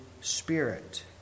Spirit